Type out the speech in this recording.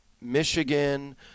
Michigan